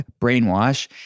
Brainwash